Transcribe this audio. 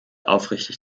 aufrichtig